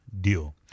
deal